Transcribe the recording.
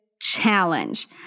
challenge